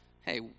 hey